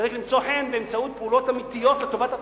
צריך למצוא חן באמצעות פעולות אמיתיות לטובת התושבים.